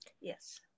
Yes